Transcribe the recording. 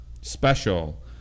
special